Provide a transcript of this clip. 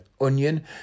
onion